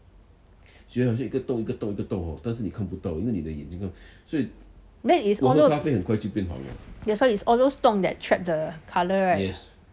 that is all tho~ it's all those 洞 that trap the colour right